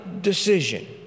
decision